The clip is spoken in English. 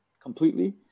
completely